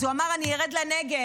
אז הוא אמר: אני ארד לנגב,